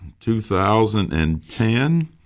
2010